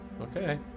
okay